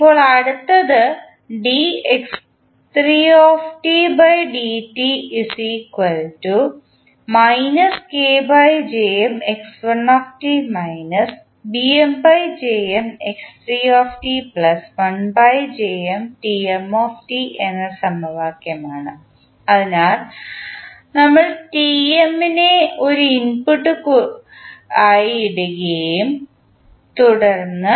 ഇപ്പോൾ അടുത്തത് എന്ന സമവാക്യമാണ് അതിനാൽ ഞങ്ങൾ Tm നെ ഒരു ഇൻപുട്ട് കുറിപ്പായി ഇടുകയും തുടർന്ന്